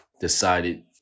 decided